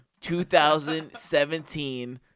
2017